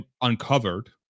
uncovered